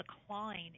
decline